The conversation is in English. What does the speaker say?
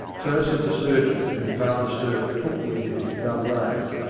so said the surgeon whom father sturt took with him to dove lane.